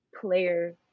player